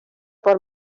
por